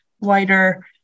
wider